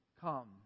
Come